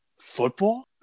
Football